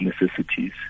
necessities